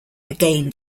again